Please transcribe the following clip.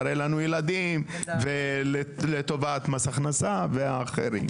תראה לנו ילדים לטובת מס הכנסה ואחרים.